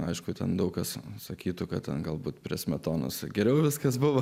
aišku ten daug kas sakytų kad galbūt prie smetonos geriau viskas buvo